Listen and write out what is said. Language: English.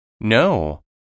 No